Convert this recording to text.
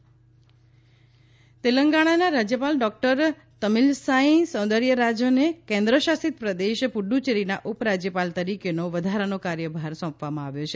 પુડુચરી રાજયપાલ તેલંગણાના રાજયપાલ ડોકટર તમીલસાઇ સૌદર્યરાજનને કેન્દ્ર શાસિત પ્રદેશ પુડુચેરીના ઉપરાજયપાલ તરીકેનો વધારાનો કાર્યભાર સોંપવામાં આવ્યો છે